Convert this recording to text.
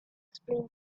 explain